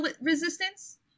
resistance